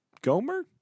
Gomer